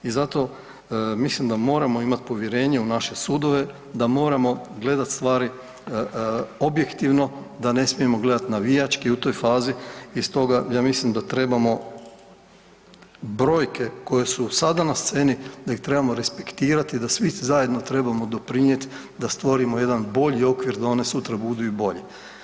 I zato mislim da moramo imati povjerenje u naše sudove, da moramo gledati stvari objektivno, da ne smijemo gledati navijački u toj fazi i stoga ja mislim da trebamo brojke koje su sada na sceni da ih trebamo respektirati, da svi zajedno trebamo doprinijeti da stvorimo jedan bolji okvir da one sutra budu i bolje.